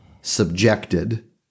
subjected